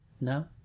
No